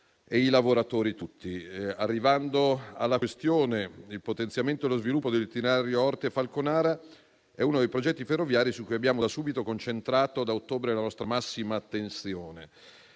e i lavoratori tutti. Arrivando alla questione del potenziamento e lo sviluppo dell'itinerario Orte-Falconara, è uno dei progetti ferroviari su cui abbiamo da subito, dal mese di ottobre, concentrato la nostra massima attenzione.